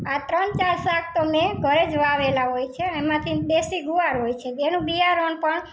આ ત્રણ ચાર શાક તો મેં ઘરે જ વાવેલાં હોય છે એમાંથી દેશી ગુવાર હોય છે એનું બિયારણ પણ